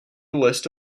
list